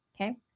okay